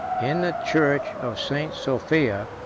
in the church of st. sophia,